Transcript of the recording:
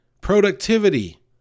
productivity